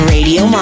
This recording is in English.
Radio